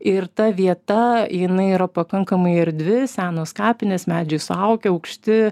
ir ta vieta jinai yra pakankamai erdvi senos kapinės medžiai suaugę aukšti